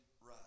right